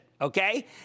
okay